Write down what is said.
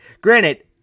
Granted